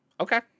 Okay